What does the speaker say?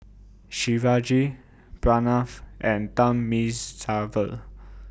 Shivaji Pranav and Thamizhavel